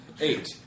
Eight